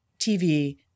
TV